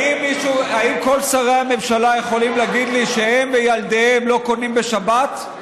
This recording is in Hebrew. האם כל שרי הממשלה יכולים להגיד לי שהם וילדיהם לא קונים בשבת?